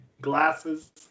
glasses